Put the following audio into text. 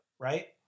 Right